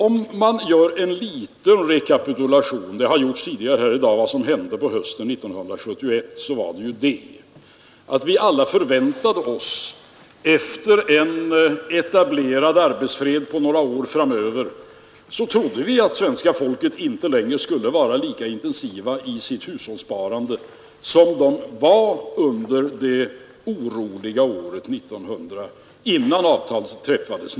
Om jag gör en liten rekapitulation — en sådan har gjorts tidigare här i dag — av vad som hände på hösten 1971, kan jag konstatera följande. Efter en etablerad arbetsfred på några år framöver trodde vi alla att svenska folket inte längre skulle vara lika intensivt i sitt hushållssparande som det var under det oroliga året 1971, innan avtalet träffades.